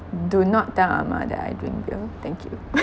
do not tell ah mah that I drink beer thank you